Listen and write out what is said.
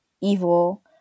evil